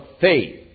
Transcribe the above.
faith